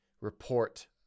report